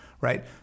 Right